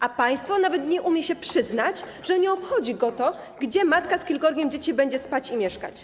A państwo nawet nie umie się przyznać, że nie obchodzi go to, gdzie matka z kilkorgiem dzieci będzie spać i mieszkać.